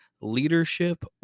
Leadership